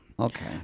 Okay